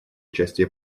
частей